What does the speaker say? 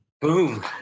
Boom